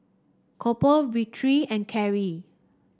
Coby Victory and Carie